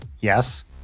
Yes